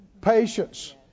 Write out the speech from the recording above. Patience